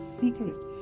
secret